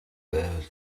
байвал